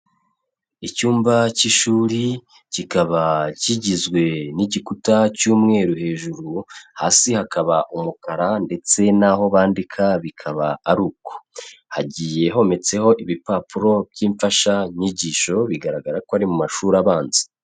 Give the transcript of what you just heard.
Icyumba k'ishuri, kikaba kigizwe n'igikuta cy'umweru hejuru, hasi hakaba umukara ndetse n'aho bandika bikaba ari uko, hagiye hometseho ibipapuro by'imfashanyigisho, bigaragara ko ari mu mashuri abanza.